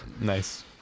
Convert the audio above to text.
Nice